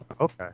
Okay